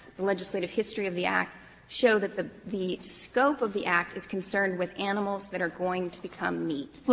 the legislative history of the act show, that the the scope of the act is concerned with animals that are going to become meat. kagan well,